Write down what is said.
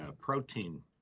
protein